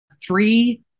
three